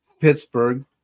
Pittsburgh